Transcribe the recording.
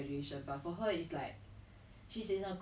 ya boy we have no choice but to be hustlers